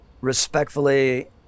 respectfully